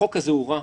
החוק הזה הוא רע,